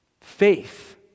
Faith